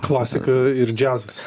klasika ir džiazas